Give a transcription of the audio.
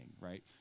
right